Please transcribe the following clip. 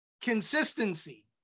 consistency